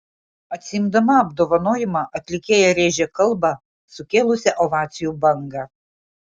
atsiimdama apdovanojimą atlikėja rėžė kalbą sukėlusią ovacijų bangą